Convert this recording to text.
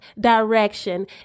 direction